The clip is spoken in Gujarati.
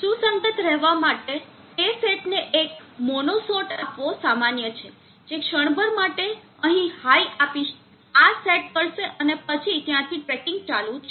સુસંગત રહેવા માટે તે સેટને એક નાનો મોનો શોટ આપવો સામાન્ય છે જે ક્ષણભર માટે અહીં હાઈ આપી આ સેટ કરશે અને પછી ત્યાંથી ટ્રેકિંગ ચાલુ છે